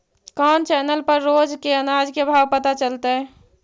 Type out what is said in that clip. कोन चैनल पर रोज के अनाज के भाव पता चलतै?